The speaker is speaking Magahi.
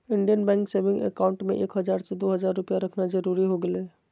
इंडियन बैंक सेविंग अकाउंट में एक हजार से दो हजार रुपया रखना जरूरी हो गेलय